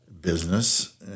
business